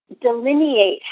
delineate